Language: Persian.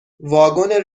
واگن